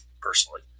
personally